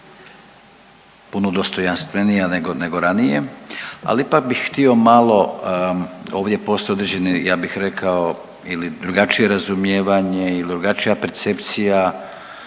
puno dostojanstvenija nego ranije, ali ipak bih htio malo ovdje postoje određeni, ja bih rekao ili drugačije razumijevanje ili drugačija percepcija